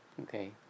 okay